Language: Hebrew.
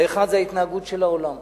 האחד, ההתנהגות של העולם.